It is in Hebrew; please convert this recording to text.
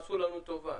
עשו לנו טובה.